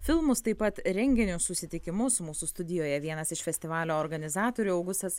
filmus taip pat renginius susitikimus mūsų studijoje vienas iš festivalio organizatorių augustas